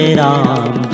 Ram